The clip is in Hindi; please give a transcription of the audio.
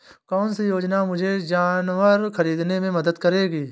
कौन सी योजना मुझे जानवर ख़रीदने में मदद करेगी?